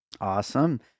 Awesome